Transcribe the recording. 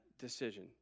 decision